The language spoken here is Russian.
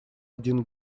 один